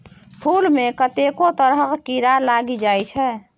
फुल मे कतेको तरहक कीरा लागि जाइ छै